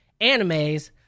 animes